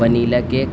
vanilla cake